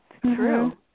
true